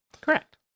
Correct